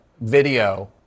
video